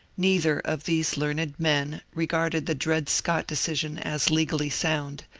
neither of these learned men regarded the dred scott decision as legally sound,